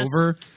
over